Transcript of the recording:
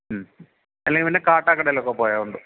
അല്ലെങ്കില്പ്പിന്നെ കാട്ടക്കടയിലൊക്കെ പോയാലുണ്ട്